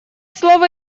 слово